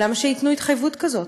למה שייתנו התחייבות כזאת?